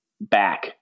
back